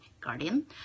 guardian